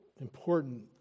important